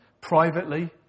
Privately